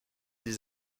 des